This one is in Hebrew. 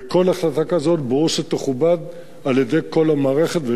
וכל החלטה כזאת ברור שתכובד על-ידי כל המערכת,